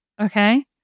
Okay